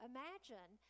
Imagine